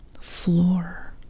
floor